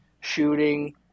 shooting